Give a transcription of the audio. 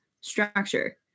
structure